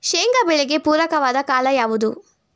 ಶೇಂಗಾ ಬೆಳೆಗೆ ಪೂರಕವಾದ ಕಾಲ ಯಾವುದು?